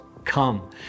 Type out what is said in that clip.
come